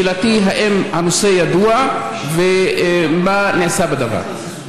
שאלתי: האם הנושא ידוע, ומה נעשה בדבר.